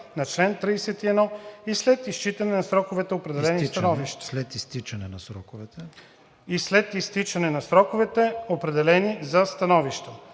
на чл. 31 и след изтичане на сроковете, определени за становища.